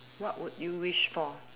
what would you wish for